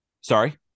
Sorry